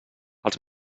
els